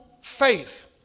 faith